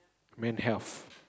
Men Health